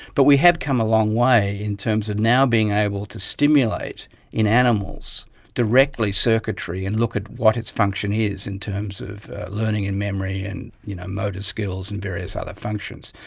but we have come a long way in terms of now being able to stimulate in animals directly circuitry and look at what its function is in terms of learning and memory and you know motor skills and various other functions.